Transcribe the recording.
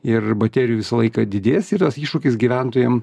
ir baterijų visą laiką didės ir as iššūkis gyventojam